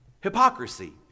hypocrisy